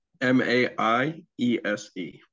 M-A-I-E-S-E